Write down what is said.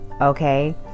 okay